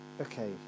Okay